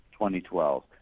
2012